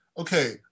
Okay